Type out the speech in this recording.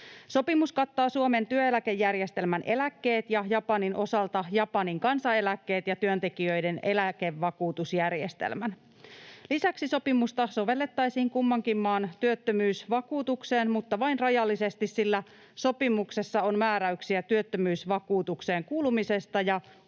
Sopimus kattaa Suomen työeläkejärjestelmän eläkkeet ja Japanin osalta Japanin kansaneläkkeet ja työntekijöiden eläkevakuutusjärjestelmän. Lisäksi sopimusta sovellettaisiin kummankin maan työttömyysvakuutukseen, mutta vain rajallisesti, sillä sopimuksessa on määräyksiä työttömyysvakuutukseen kuulumisesta ja